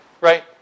Right